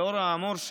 לאור האמור,